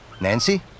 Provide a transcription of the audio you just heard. Nancy